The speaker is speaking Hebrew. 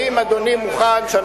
האם אדוני מוכן, למה הוא לא בא להצביע?